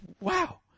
wow